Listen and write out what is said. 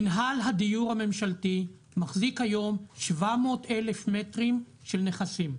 מנהל הדיור הממשלתי מחזיק כיום 700,000 מטרים של נכסים,